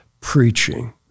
preaching